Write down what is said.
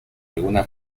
alguna